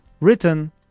written